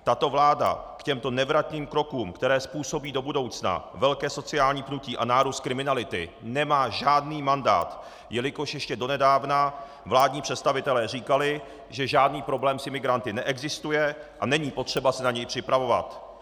Tato vláda k těmto nevratným krokům, které způsobí do budoucna velké sociální pnutí a nárůst kriminality, nemá žádný mandát, jelikož ještě donedávna vládní představitelé říkali, že žádný problém s imigranty neexistuje a není potřeba se na něj připravovat.